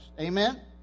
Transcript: Amen